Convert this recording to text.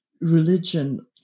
religion